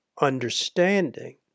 understanding